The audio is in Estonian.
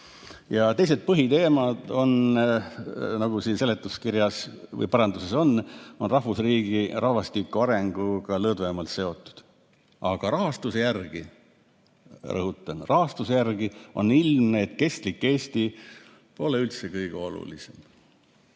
Teised põhiteemad, nagu siin seletuskirjas või paranduses on, on rahvusriigi ja rahvastiku arenguga lõdvemalt seotud. Aga rahastuse järgi, rõhutan, rahastuse järgi on ilmne, et kestlik Eesti pole üldse kõige olulisem.